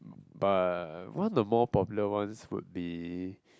but one the more popular ones would be